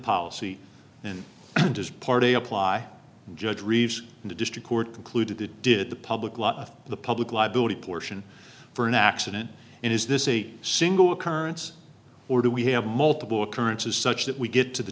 policy and does party apply judge reeves in the district court concluded that did the public lot of the public liability portion for an accident and is this a single occurrence or do we have multiple occurrences such that we get to the